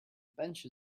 bench